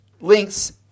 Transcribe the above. links